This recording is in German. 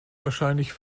wahrscheinlich